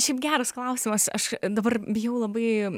šiaip geras klausimas aš dabar bijau labai